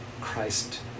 Christ